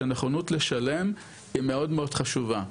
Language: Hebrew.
שהנכונות לשלם היא מאוד מאוד חשובה.